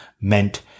meant